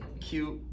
cute